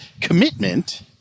commitment